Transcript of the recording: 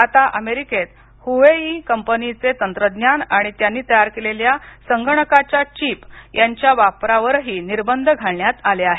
आता अमेरिकेत हुवेई कंपनीचे तंत्रज्ञान आणि त्यांनी तयार केलेल्या संगणकाच्या चीप यांच्या वापरावरही निर्बंध घालण्यात आले आहेत